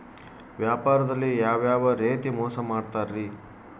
ವ್ಯಾಪಾರದಲ್ಲಿ ಯಾವ್ಯಾವ ರೇತಿ ಮೋಸ ಮಾಡ್ತಾರ್ರಿ?